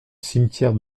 cimetière